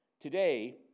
Today